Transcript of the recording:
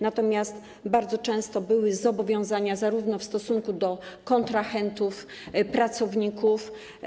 Natomiast bardzo często były zobowiązania zarówno w stosunku do kontrahentów, jak i pracowników.